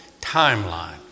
timeline